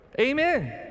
Amen